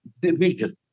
division